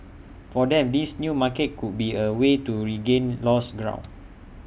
for them this new market could be A way to regain lost ground